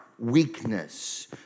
Weakness